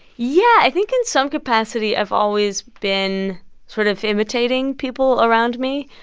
yeah. i think in some capacity, i've always been sort of imitating people around me.